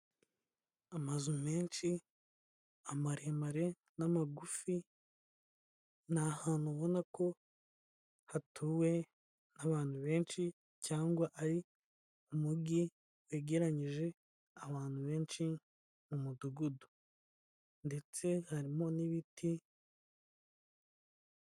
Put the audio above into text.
Amazu menshi amaremare n'amagufi, ni ahantu ubona ko hatuwe n'abantu benshi cyangwa ari umugi wegeranyije abantu benshi mu mudugudu ndetse harimo n'ibiti.